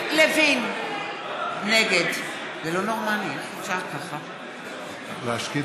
נגד יעקב